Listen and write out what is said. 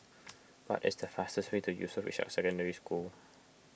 what is the fastest way to Yusof Ishak Secondary School